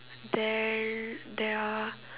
there there are